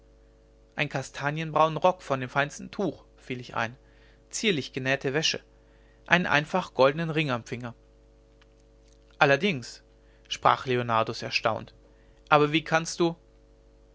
einen kastanienbraunen rock von dem feinsten tuch fiel ich ein zierlich genähte wäsche einen einfachen goldenen ring am finger allerdings sprach leonardus erstaunt aber wie kannst du